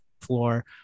floor